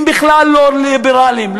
הם בכלל לא ליברליים,